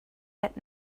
had